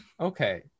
okay